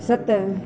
सत